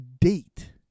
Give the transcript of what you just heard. date